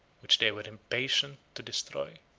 which they were impatient to destroy.